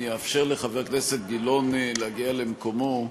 אני אאפשר לחבר הכנסת גילאון להגיע למקומו.